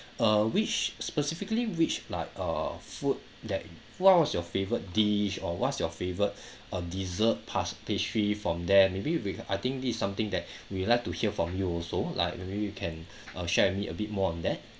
uh which specifically which like uh food that what was your favorite dish or what's your favourite uh dessert past~ pastry from there maybe we I think this is something that we like to hear from you also like maybe you can uh share with me a bit more on that